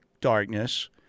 darkness